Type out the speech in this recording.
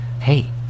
Hey